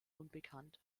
unbekannt